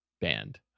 band